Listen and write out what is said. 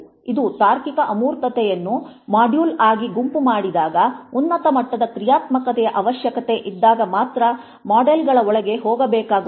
ಇದು ತಾರ್ಕಿಕ ಅಮೂರ್ತತೆಗಳನ್ನು ಮಾಡ್ಯೂಲ್ ಆಗಿ ಗುಂಪು ಮಾಡಿದಾಗ ಉನ್ನತ ಮಟ್ಟದ ಕ್ರಿಯಾತ್ಮಕತೆಯ ಅವಶ್ಯಕತೆ ಇದ್ದಾಗ ಮಾತ್ರ ಮಾಡೆಲ್ಗಳ ಒಳಗೆ ಹೋಗಬೇಕಾಗುತ್ತದೆ